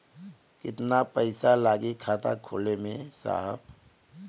कितना पइसा लागि खाता खोले में साहब?